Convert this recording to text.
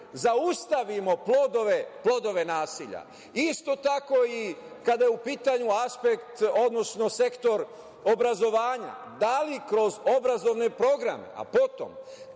zaustavim plodove nasilja. Isto tako, kada je u pitanju aspekt, odnosno sektor obrazovanja, da li kroz obrazovne programe, a potom